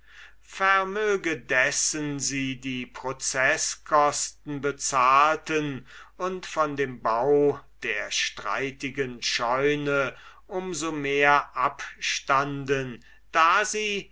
vermöge dessen sie die proceßkosten bezahlten und von dem bau der strittigen scheune um so mehr abstanden da sie